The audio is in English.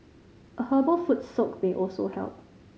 a herbal foot soak may also help